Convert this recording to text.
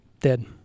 Dead